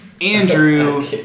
Andrew